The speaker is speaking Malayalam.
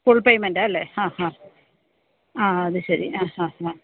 ഫുള് പേയ്മെൻറ്റാ അല്ലേ ആ ആ ആ അത് ശരി ആ ആ ആ